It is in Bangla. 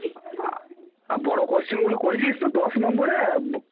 আর বড়ো কোশ্চেনগুলো করেছিস তো দশ নম্বরের